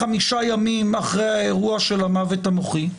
חמישה ימים אחרי האירוע של המוות המוחי.